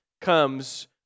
comes